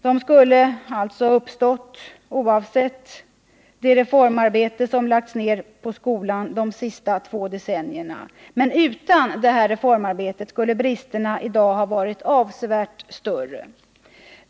De skulle således ha uppstått oavsett det reformarbete som har lagts ner på skolan under de två senaste decennierna. Men utan detta reformarbete skulle bristerna i dag ha varit avsevärt större.